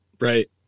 Right